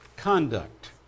Conduct